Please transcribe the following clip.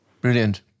Brilliant